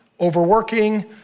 overworking